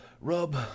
Rub